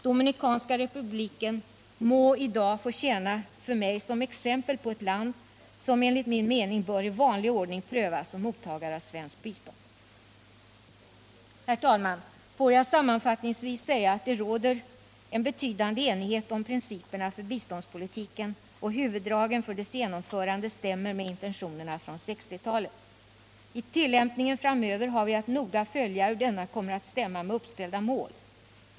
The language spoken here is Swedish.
Dominikanska republiken kan i dag få tjäna som exempel på ett land som enligt min mening bör i vanlig ordning prövas som mottagare av svenskt bistånd. Herr talman! Låt mig sammanfattningsvis säga att det råder betydande enighet om principerna för biståndspolitiken, och huvuddragen för dess genomförande stämmer med intentionerna från 1960-talet. I tillämpningen framöver har vi att noga följa hur denna kommer att stämma med uppställda mål.